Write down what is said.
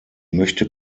möchte